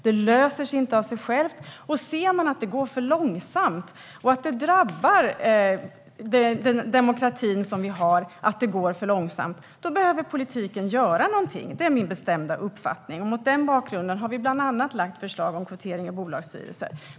Detta löser sig inte av sig självt, och ser man att det går för långsamt - och att det faktum att det går för långsamt drabbar den demokrati vi har - behöver politiken göra någonting. Det är min bestämda uppfattning, och mot den bakgrunden har vi bland annat lagt fram förslag om kvotering till bolagsstyrelser.